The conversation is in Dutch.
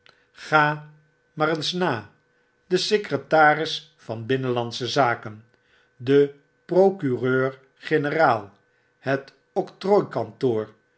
ga maar eens na de secretaris van binnenlandsche zaken de procureur-generaal het octrooi kantoor